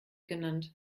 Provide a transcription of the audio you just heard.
genannt